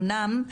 אומנם,